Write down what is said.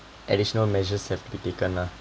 additional measures have been taken ah